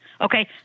Okay